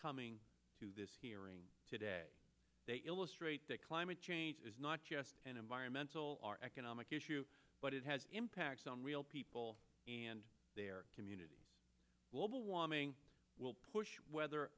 coming to this hearing today they illustrate that climate change is not just an environmental or economic issue but it has impacts on real people and their communities global warming will push weather